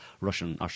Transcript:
russian